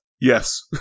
Yes